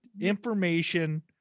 information